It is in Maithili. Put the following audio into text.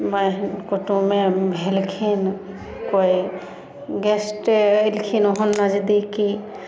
बहीन कुटुमे भेलखिन कोइ गेस्टे अयलखिन ओहन नजदीकी